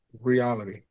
reality